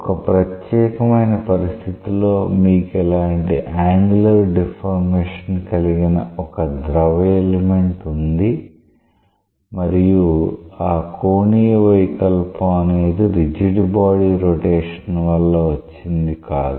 ఒక ప్రత్యేకమైన పరిస్థితిలో మీకు ఇలాంటి యాంగులర్ డిఫార్మేషన్ కలిగిన ఒక ద్రవ ఎలిమెంట్ ఉంది మరియు ఆ కోణీయ వైకల్పం అనేది రిజిడ్ బాడీ రొటేషన్ వల్ల వచ్చింది కాదు